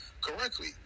Correctly